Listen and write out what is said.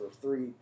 three